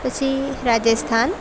પછી રાજસ્થાન